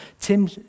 Tim